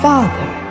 Father